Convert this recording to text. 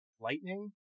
Lightning